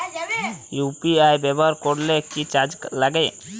UPI ব্যবহার করলে কি চার্জ লাগে?